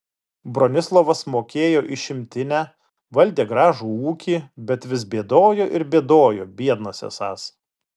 bronislovas mokėjo išimtinę valdė gražų ūkį bet vis bėdojo ir bėdojo biednas esąs